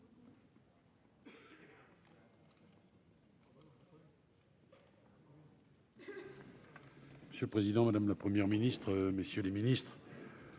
Monsieur le président. Madame, la Première ministre, messieurs les ministres,